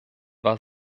war